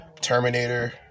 Terminator